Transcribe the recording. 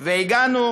והגענו